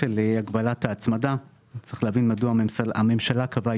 הגבלת ההצמדה צריך להבין מדוע הממשלה קבעה